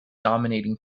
dominating